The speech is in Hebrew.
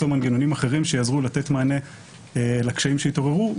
מנגנונים אחרים שיעזרו לתת מענה לקשיים שיתעוררו.